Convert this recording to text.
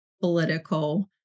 political